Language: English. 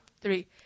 three